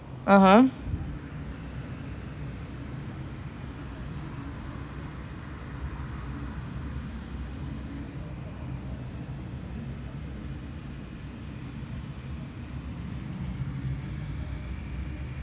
(uh huh)